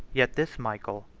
yet this michael,